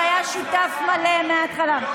שהיה שותף מלא מההתחלה.